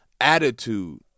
attitude